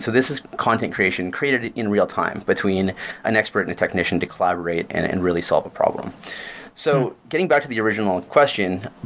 so this is content creation created in real-time between an expert and a technician to collaborate and and really solve a problem so getting back to the original question,